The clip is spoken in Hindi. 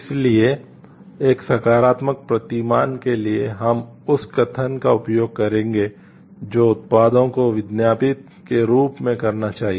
इसलिए एक सकारात्मक प्रतिमान के लिए हम उस कथन का उपयोग करेंगे जो उत्पादों को विज्ञापित के रूप में करना चाहिए